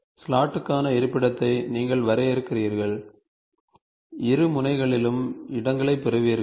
ஸ்லாட்டுக்கான இருப்பிடத்தை நீங்கள் வரையறுக்கிறீர்கள் இரு முனைகளிலும் இடங்களைப் பெறுவீர்கள்